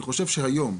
אני חושב שכיום,